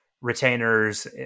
retainers